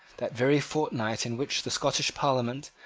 that very fortnight in which the scottish parliament,